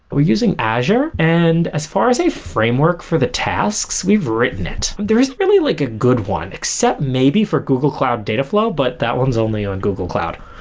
we're using azure. and as far as a framework for the tasks, we've written it. there is really like a good one, except maybe for google cloud dataflow, but that one's only on google cloud.